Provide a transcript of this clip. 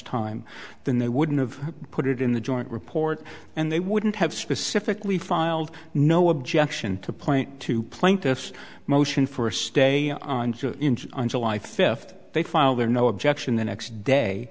time then they wouldn't have put it in the joint report and they wouldn't have specifically filed no objection to point to plaintiff's motion for a stay on on july fifth they file their no objection the next day